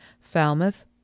Falmouth